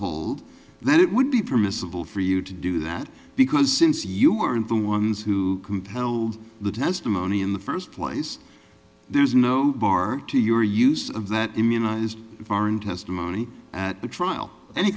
hold that it would be permissible for you to do that because since you aren't the ones who held the testimony in the first place there's no bar to your use of that immunized foreign testimony at the trial an